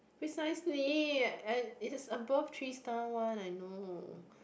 precisely I is above three star one I know